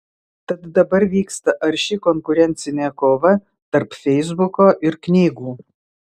tad dabar vyksta arši konkurencinė kova tarp feisbuko ir knygų